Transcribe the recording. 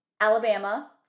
Alabama